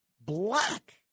black